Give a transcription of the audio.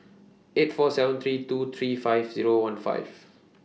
eight four seven three two three five Zero one five